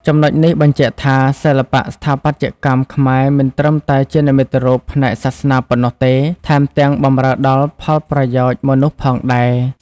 ចំណុចនេះបញ្ជាក់ថា សិល្បៈស្ថាបត្យកម្មខ្មែរមិនត្រឹមតែជានិមិត្តរូបផ្នែកសាសនាប៉ុណ្ណោះទេ ថែមទាំងបម្រើដល់ផលប្រយោជន៍មនុស្សផងដែរ។